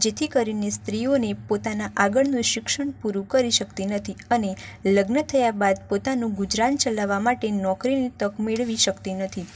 જેથી કરીને સ્ત્રીઓને પોતાના આગળનું શિક્ષણ પૂરું કરી શકતી નથી અને લગ્ન થયા બાદ પોતાનું ગુજરાન ચલાવવા માટે નોકરીની તક મેળવી શકતી નથી